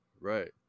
right